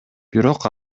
бирок